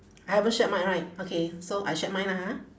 I haven't shared mine right okay so I shared mine lah ha